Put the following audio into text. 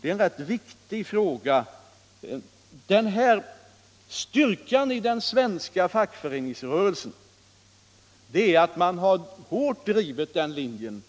Detta är en viktig fråga. Styrkan i den svenska fackföreningsrörelsen är att man har hårt drivit den linjen.